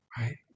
right